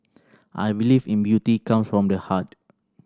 I believe in beauty comes from the heart